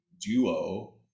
Duo